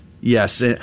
Yes